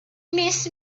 miss